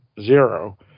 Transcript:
zero